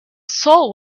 saw